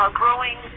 growing